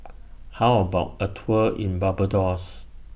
How about A Tour in Barbados